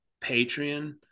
Patreon